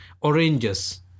oranges